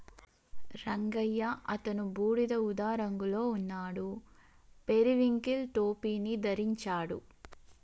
రంగయ్య అతను బూడిద ఊదా రంగులో ఉన్నాడు, పెరివింకిల్ టోపీని ధరించాడు